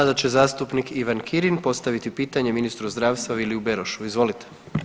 Sada će zastupnik Ivan Kirin postaviti pitanje ministru zdravstva Viliju Berošu, izvolite.